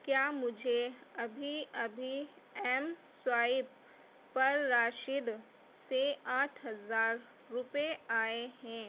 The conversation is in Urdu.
کیا مجھے ابھی ابھی ایم سوائیپ پر راشد سے آٹھ ہزار روپئے آئے ہیں